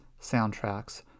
soundtracks